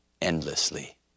endlessly